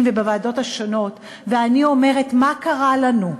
ובוועדות השונות ואני אומרת: מה קרה לנו?